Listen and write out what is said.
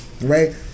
right